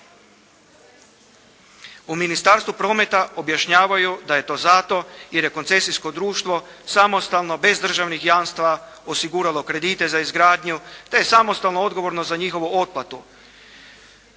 U Ministarstvu prometa objašnjavaju da je to zato jer je koncesijsko društvo samostalno bez državnih jamstava osiguralo kredite za izgradnju te samostalno odgovorno za njihovu otplatu.